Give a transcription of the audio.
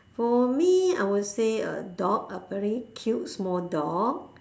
for me I would say a dog a very cute small dog